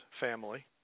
family